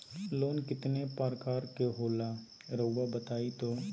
Loan कितने पारकर के होला रऊआ बताई तो?